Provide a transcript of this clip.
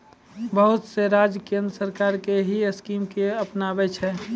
बहुत से राज्य केन्द्र सरकार के ही स्कीम के अपनाबै छै